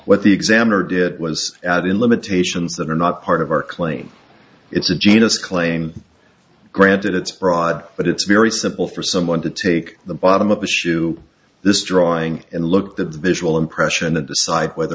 what the examiner did was add in limitations that are not part of our claim it's a genius claim granted it's broad but it's very simple for someone to take the bottom of the shoe this drawing and looked at the visual impression and decide whether